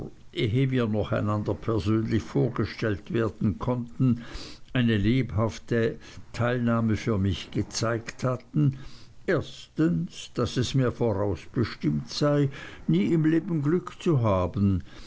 wir noch einander persönlich vorgestellt werden konnten eine lebhafte teilnahme für mich gezeigt hatten erstens daß es mir vorausbestimmt sei nie im leben glück zu haben